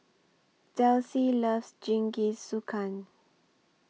Delsie loves Jingisukan